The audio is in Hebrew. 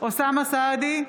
אוסאמה סעדי,